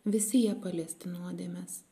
visi jie paliesti nuodėmes